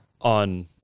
on